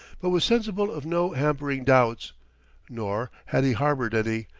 but was sensible of no hampering doubts nor, had he harbored any,